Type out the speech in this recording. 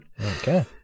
Okay